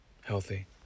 healthy